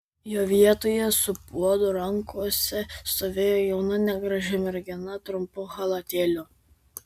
jo vietoje su puodu rankose stovėjo jauna negraži mergina trumpu chalatėliu